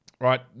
right